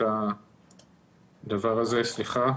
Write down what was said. לדבר עליהן.